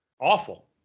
awful